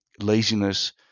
laziness